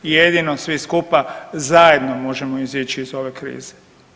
Jedino svi skupa zajedno možemo izići iz ove krize.